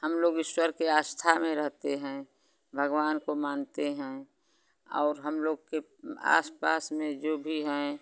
हम लोग ईश्वर के आस्था में रहते हैं भगवान को मानते हैं और हम लोग के आस पास में जो भी हैं